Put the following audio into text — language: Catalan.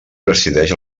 presideix